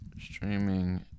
streaming